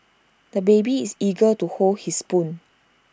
the baby is eager to hold his spoon